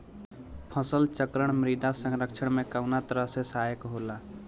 फसल चक्रण मृदा संरक्षण में कउना तरह से सहायक होला?